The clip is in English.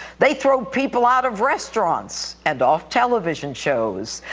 they throw people out of restaurants and off television shows.